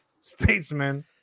statesman